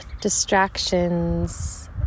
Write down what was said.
distractions